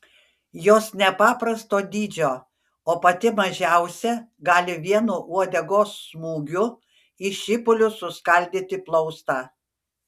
jos nepaprasto dydžio o pati mažiausia gali vienu uodegos smūgiu į šipulius suskaldyti plaustą